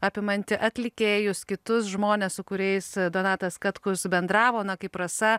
apimanti atlikėjus kitus žmones su kuriais donatas katkus bendravo na kaip rasa